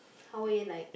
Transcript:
Hawaiian night